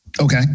Okay